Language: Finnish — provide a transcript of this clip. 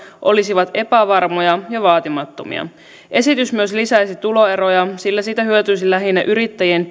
olisivat epävarmoja ja vaatimattomia esitys myös lisäisi tuloeroja sillä siitä hyötyisi lähinnä yrittäjien